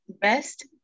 Best